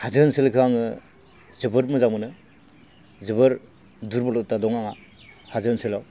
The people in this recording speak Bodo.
हाजो ओनसोलखौ आङो जोबोर मोजां मोनो जोबोर दुरबल'था दङ आंहा हाजो ओनसोलाव